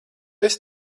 esi